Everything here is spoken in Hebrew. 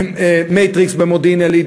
"מטריקס" במודיעין-עילית,